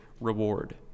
reward